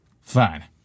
Fine